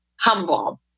humble